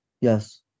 yes